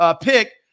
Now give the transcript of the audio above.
pick